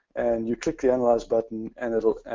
and you click the analyze button, and it'll,